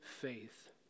faith